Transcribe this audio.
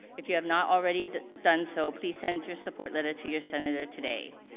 if you have not already done so, please send your support letter to your senator today.